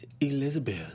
Elizabeth